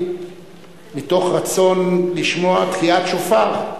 מתוך רצון לשמוע תקיעת שופר,